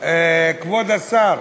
כבוד השר,